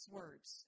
words